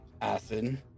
Acid